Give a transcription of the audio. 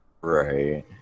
right